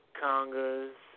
congas